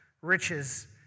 riches